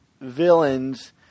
villains